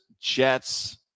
Jets